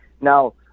Now